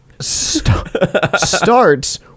starts